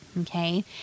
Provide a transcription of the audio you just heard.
okay